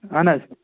اَہَن حظ